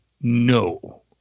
no